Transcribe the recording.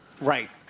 Right